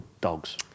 dogs